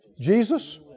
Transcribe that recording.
Jesus